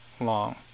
long